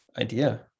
idea